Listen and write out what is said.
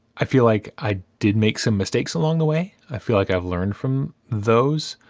i feel like i did make some mistakes along the way. i feel like i've learned from those.